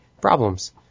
problems